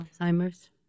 Alzheimer's